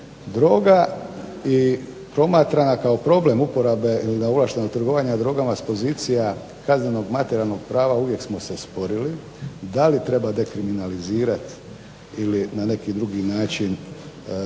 Droga i promatrana kao problem uporabe ili neovlašteno trgovanje drogama s pozicija kaznenog materijalnog prava uvijek smo se sporili da li treba dekriminalizirati ili na neki drugi način propisat